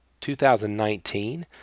2019